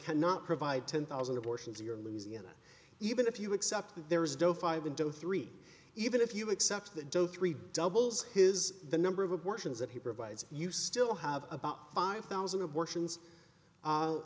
cannot provide ten thousand abortions a year in louisiana even if you accept there is no five and zero three even if you accept that don't three doubles his the number of abortions that he provides you still have about five thousand abortions